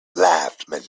laughed